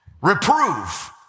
Reprove